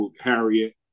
Harriet